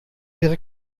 wäre